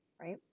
right